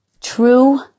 true